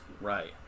right